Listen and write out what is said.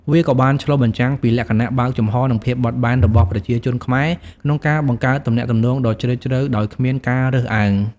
វាក៏ជាការឆ្លុះបញ្ចាំងពីលក្ខណៈបើកចំហរនិងភាពបត់បែនរបស់ប្រជាជនខ្មែរក្នុងការបង្កើតទំនាក់ទំនងដ៏ជ្រាលជ្រៅដោយគ្មានការរើសអើង។